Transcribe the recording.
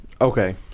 Okay